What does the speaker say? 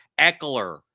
Eckler